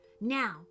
Now